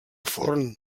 forn